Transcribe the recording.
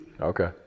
Okay